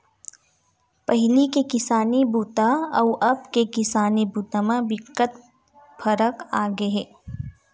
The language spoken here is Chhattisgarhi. पहिली के किसानी बूता अउ अब के किसानी बूता म बिकट फरक आगे हे